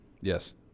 Yes